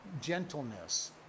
gentleness